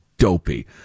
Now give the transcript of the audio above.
Dopey